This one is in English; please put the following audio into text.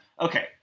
Okay